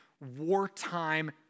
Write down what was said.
wartime